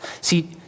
See